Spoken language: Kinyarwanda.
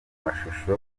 mashusho